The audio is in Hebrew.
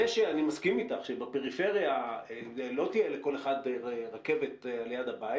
אני מסכים איתך שבפריפריה לא תהיה לכל אחד רכבת ליד הבית